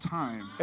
time